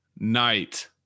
night